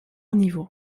niveau